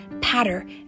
patter